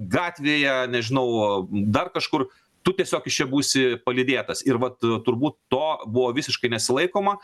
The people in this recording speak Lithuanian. gatvėje nežinau dar kažkur tu tiesiog iš čia būsi palydėtas ir vat turbūt to buvo visiškai nesilaikoma